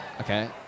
okay